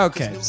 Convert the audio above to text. Okay